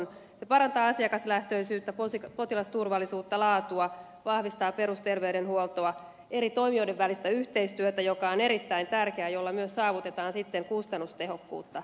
se parantaa asiakaslähtöisyyttä potilasturvallisuutta laatua vahvistaa perusterveydenhuoltoa eri toimijoiden välistä yhteistyötä joka on erittäin tärkeää jolla myös saavutetaan sitten kustannustehokkuutta